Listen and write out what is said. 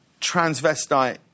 transvestite